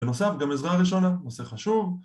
בנוסף גם עזרה ראשונה, נושא חשוב